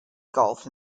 golf